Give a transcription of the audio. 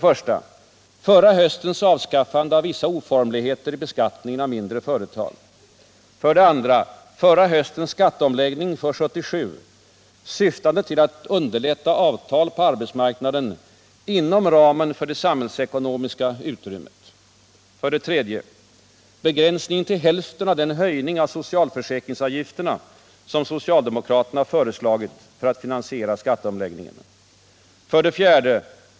Förra höstens skatteomläggning för 1977, syftande till att underlätta avtal på arbetsmarknaden inom ramen för det samhällsekonomiska utrymmet. 3. Begränsningen till hälften av den höjning av socialförsäkringsavgifterna som socialdemokraterna föreslagit för att finansiera skatteomläggningen. 4.